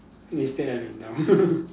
will still up and down